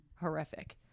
horrific